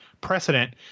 precedent